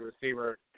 receiver